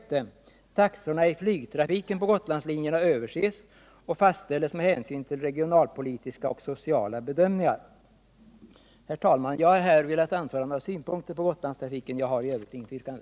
Taxorna i flygtrafiken på Gotlandslinjerna överses och fastställs med hänsyn till regionalpolitiska och sociala bedömningar. Herr talman! Jag har här velat anföra några synpunkter på Gotlandstrafiken. Jag har i övrigt inget yrkande.